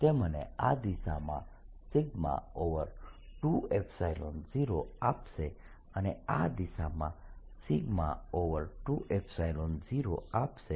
તે મને આ દિશામાં 20 આપશે અને આ દિશામાં 20 આપશે